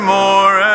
more